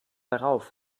darauf